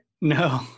No